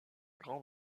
grand